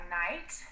night